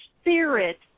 spirit